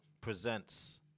presents